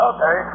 Okay